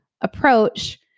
approach